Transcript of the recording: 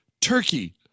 turkey